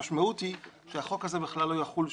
המשמעות היא שהחוק הזה בכלל לא יחול שם.